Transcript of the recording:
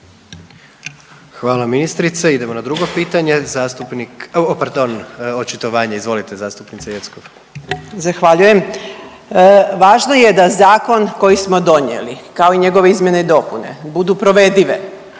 zastupnice Jeckov. **Jeckov, Dragana (SDSS)** Zahvaljujem. Važno je da zakon koji smo donijeli, kao i njegove izmjene i dopune budu provedive